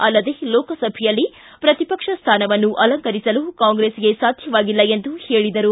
ಅಲ್ಲದೆ ಲೋಕಸಭೆಯಲ್ಲಿ ಪ್ರತಿಪಕ್ಷ ಸ್ಟಾನವನ್ನು ಅಲಂಕರಿಸಲು ಕಾಂಗ್ರೆಸ್ಗೆ ಸಾಧ್ಯವಾಗಿಲ್ಲ ಎಂದರು